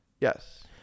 Yes